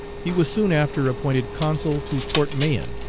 he was soon after appointed consul to port mahon,